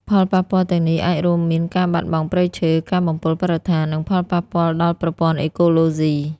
ផលប៉ះពាល់ទាំងនេះអាចរួមមាន ការបាត់បង់ព្រៃឈើ ការបំពុលបរិស្ថាន និងផលប៉ះពាល់ដល់ប្រព័ន្ធអេកូឡូស៊ី។